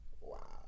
Wow